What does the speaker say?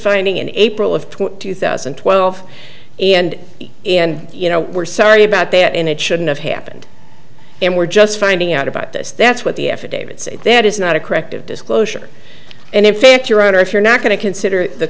finding in april of two thousand two thousand and twelve and and you know we're sorry about that and it shouldn't have happened and we're just finding out about this that's what the affidavit say that is not a corrective disclosure and if they aren't your own or if you're not going to consider the